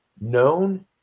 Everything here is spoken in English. known